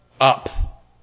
up